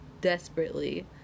desperately